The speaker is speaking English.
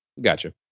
Gotcha